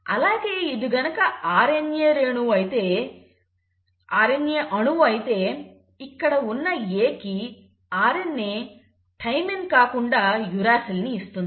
అలాగే ఇది గనుక RNA అణువు అయితే ఇక్కడ ఉన్నA కి RNA థైమిన్ కాకుండా యూరాసిల్ ని ఇస్తుంది